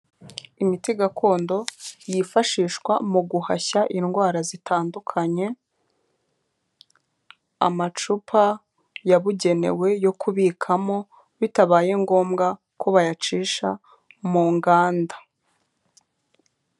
Imiti gakondo yifashishwa mu guhashya indwara zitandukanye, amacupa yabugenewe yo kubikamo bitabaye ngombwa ko bayacisha mu nganda.